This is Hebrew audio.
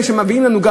הם שמביאים גם,